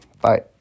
Bye